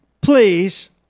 Please